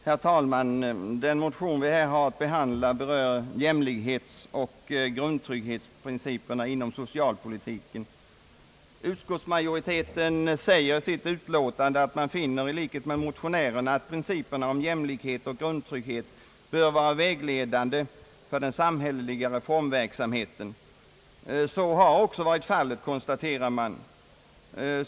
Herr talman! Den motion vi nu har att behandla gäller jämlikhetsoch grundtrygghetsprinciperna inom socialpolitiken. Utskottsmajoriteten finner »i likhet med motionärerna att principen om jämlikhet och grundtrygghet bör vara vägledande för den samhälleliga reformverksamheten». Så har också varit fallet, konstaterar man.